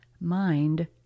mind